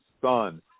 son